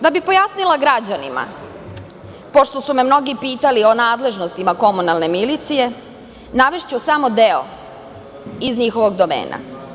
Da bih pojasnila građanima, pošto su me mnogi pitali o nadležnostima komunalne milicije, navešću samo deo iz njihovog domena.